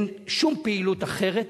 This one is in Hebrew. אין שום פעילות אחרת.